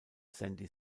sandy